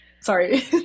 sorry